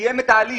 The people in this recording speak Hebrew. סתם חסר לי משהו.